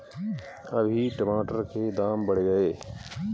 अभी टमाटर के दाम बढ़ गए